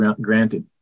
granted